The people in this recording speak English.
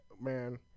Man